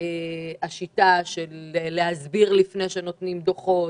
השיטה של להסביר לפני שנותנים דוחות